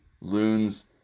loons